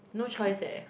no choice eh